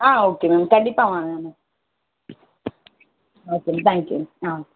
ஆ okay ma'am கண்டிப்பாக வாங்க ma'am okay ma'am thank you ah